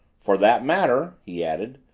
for that matter, he added,